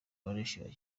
barishima